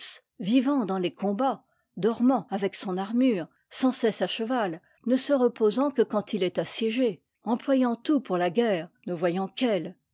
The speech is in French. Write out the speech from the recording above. vivant dans les combats dormant avec son armure sans cesse à cheval ne se reposant que quand il est assiégé employant tout pour la guerre ne voyant qu'elle